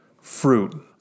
fruit